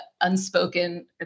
unspoken